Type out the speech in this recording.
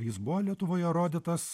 jis buvo lietuvoje rodytas